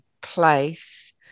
place